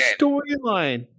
Storyline